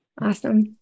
Awesome